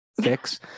fix